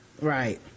Right